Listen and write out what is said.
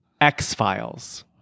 X-Files